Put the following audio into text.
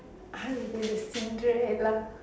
I will be the cinderella